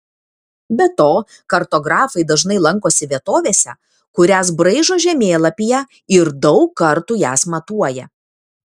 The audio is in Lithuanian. be to kartografai dažnai lankosi vietovėse kurias braižo žemėlapyje ir daug kartų jas matuoja